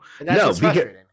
no